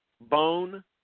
bone